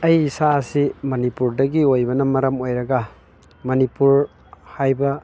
ꯑꯩ ꯏꯁꯥꯁꯤ ꯃꯅꯤꯄꯨꯔꯗꯒꯤ ꯑꯣꯏꯕꯅ ꯃꯔꯝ ꯑꯣꯏꯔꯒ ꯃꯅꯤꯄꯨꯔ ꯍꯥꯏꯕ